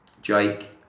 Jake